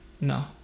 No